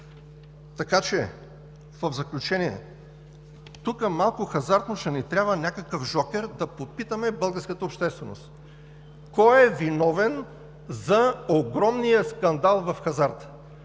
система? В заключение, тук малко хазартно ще ни трябва някакъв жокер, за да подпитаме българската общественост кой е виновен за огромния скандал в хазарта?